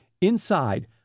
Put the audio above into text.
Inside